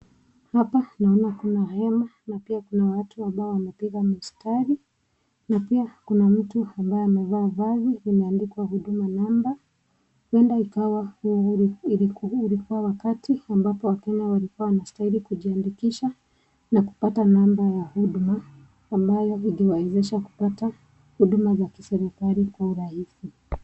Hapa naona kuna hema na pia kuna watu ambao wamepiga mstari na pia kuna mtu ambaye amevaa vazi limeandikwa huduma namber . Huenda ikiwa huu ulikua wakati ambapo wakenya walikua wanastahili kujiandikisha na kupata namber ya huduma ambayo ingewaezesha kupata huduma za kiserikali kwa urahisi.